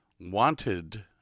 wanted